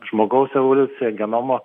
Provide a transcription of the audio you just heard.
žmogaus evoliucija genomo